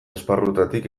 esparrutatik